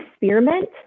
experiment